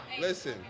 Listen